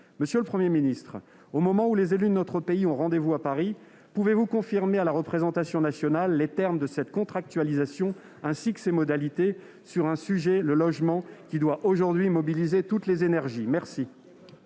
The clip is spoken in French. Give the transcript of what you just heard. Monsieur le Premier ministre, au moment où les élus de notre pays ont rendez-vous à Paris, pouvez-vous confirmer à la représentation nationale les termes de cette contractualisation ainsi que ses modalités sur un sujet, le logement, qui doit mobiliser toutes les énergies ? La